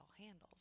handled